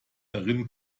darin